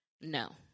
no